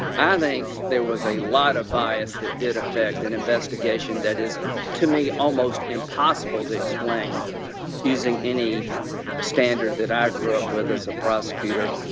i think there was a lot of bias that did affect an investigation that is to me almost impossible to explain using any standard that i grew up with as a prosecutor,